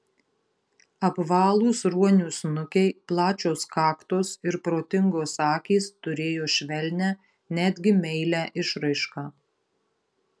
apvalūs ruonių snukiai plačios kaktos ir protingos akys turėjo švelnią netgi meilią išraišką